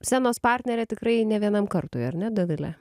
scenos partnerė tikrai ne vienam kartui ar ne dovilė